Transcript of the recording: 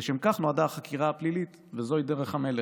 ולשם כך נועדה החקירה הפלילית, וזוהי דרך המלך.